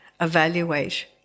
evaluate